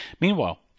Meanwhile